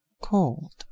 cold